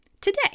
today